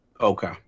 Okay